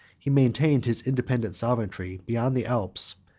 he maintained his independent sovereignty beyond the alps,